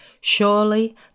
Surely